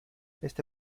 este